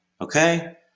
Okay